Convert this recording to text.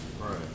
Right